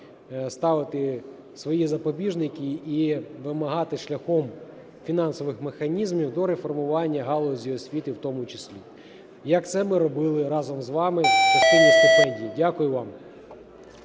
ставити свої запобіжники і вимагати шляхом фінансових механізмів дореформування галузі освіти в тому числі, як це ми робили разом з вами в частині стипендій. Дякую вам.